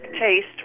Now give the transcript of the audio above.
taste